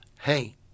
hey